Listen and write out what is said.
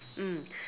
mm